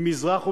ממזרח וממערב,